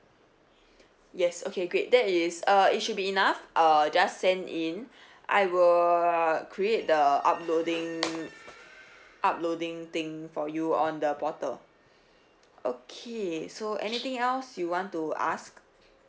yes okay great that is uh it should be enough uh just send in I will uh create the uploading uploading thing for you on the portal okay so anything else you want to ask